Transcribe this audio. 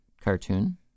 cartoon